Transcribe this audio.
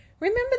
Remember